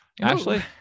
Ashley